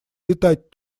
летать